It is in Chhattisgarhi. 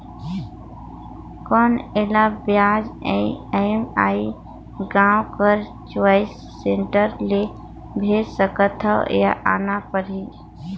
कौन एला ब्याज ई.एम.आई गांव कर चॉइस सेंटर ले भेज सकथव या आना परही?